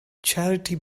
charity